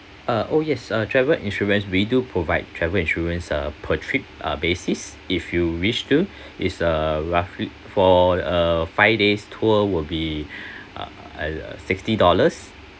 uh oh yes uh travel insurance we do provide travel insurance uh per trip uh basis if you wish to it's uh roughly for uh five days tour will be uh uh sixty dollars